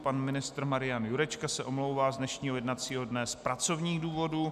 Pan ministr Marian Jurečka se omlouvá z dnešního jednacího dne z pracovních důvodů.